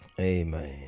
Amen